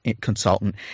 consultant